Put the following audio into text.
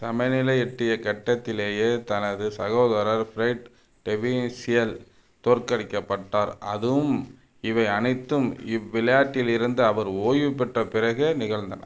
சமநிலை எட்டியக் கட்டத்திலேயே தனது சகோதரர் ஃப்ரெட் டெவினிஸியல் தோற்கடிக்கப்பட்டார் அதுவும் இவை அனைத்தும் இவ்விளையாட்டில் இருந்து அவர் ஓய்வு பெற்ற பிறகே நிகழ்ந்தன